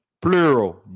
Plural